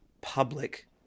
public